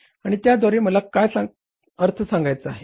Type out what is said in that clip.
आणि त्याद्वारे मला काय काय अर्थ सांगायचा आहे